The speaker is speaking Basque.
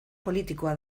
politikoa